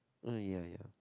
mm ya ya